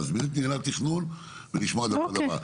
להזמין את מינהל התכנון ולשמוע דבר דבר.